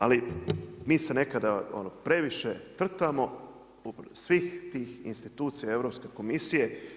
Ali mi se nekada previše trtamo svih tih institucija Europske komisije.